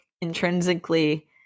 intrinsically